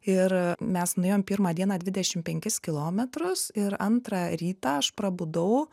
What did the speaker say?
ir mes nuėjom pirmą dieną dvidešim penkis kilometrus ir antrą rytą aš prabudau